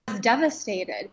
devastated